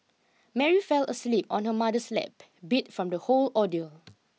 Mary fell asleep on her mother's lap beat from the whole ordeal